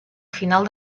final